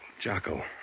Jocko